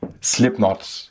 slipknot